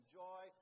joy